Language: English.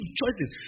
choices